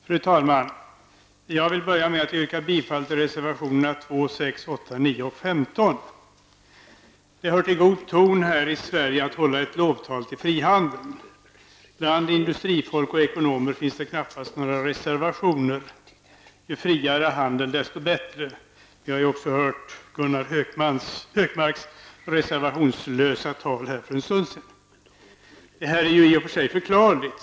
Fru talman! Jag vill börja med att yrka bifall till reservationerna 2, 6, 8, 9 och 15. Det hör till god ton här i Sverige att hålla ett lovtal till frihandeln. Bland industrifolk och ekonomer finns det knappast några reservationer. Ju friare handel desto bättre. Vi har också hört Gunnar Hökmarks reservationslösa tal för en stund sedan. Det här är i och för sig förklarligt.